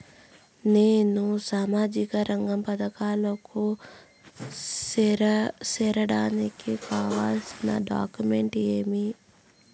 నేను సామాజిక రంగ పథకాలకు సేరడానికి కావాల్సిన డాక్యుమెంట్లు ఏమేమీ?